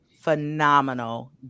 phenomenal